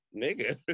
nigga